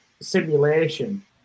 simulation